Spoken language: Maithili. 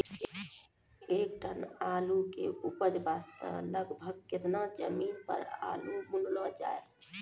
एक टन आलू के उपज वास्ते लगभग केतना जमीन पर आलू बुनलो जाय?